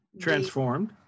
Transformed